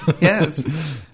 Yes